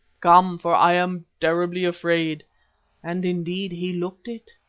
come, for i am terribly afraid and indeed he looked it.